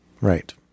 right